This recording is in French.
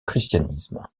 christianisme